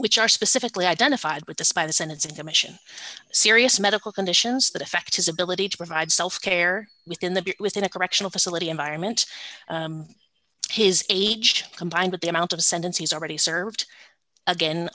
which are specifically identified with the by the sentence of the mission serious medical conditions that affect his ability to provide self care within the within a correctional facility environment his age combined with the amount of sentence he's already served again